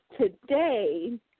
today